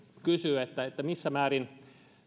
kysyy missä määrin